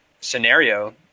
scenario